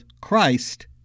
Christ